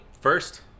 First